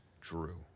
drew